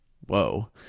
Whoa